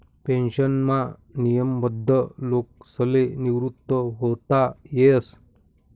पेन्शनमा नियमबद्ध लोकसले निवृत व्हता येस